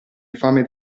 infame